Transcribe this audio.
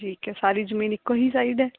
ਠੀਕ ਹੈ ਸਾਰੀ ਜਮੀਨ ਇੱਕੋਂ ਹੀ ਸਾਈਡ ਹੈ